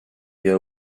you